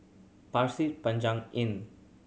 Pasir Panjang Inn